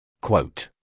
Quote